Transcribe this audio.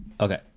Okay